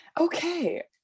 Okay